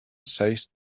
seized